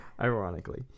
Ironically